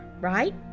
right